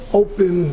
open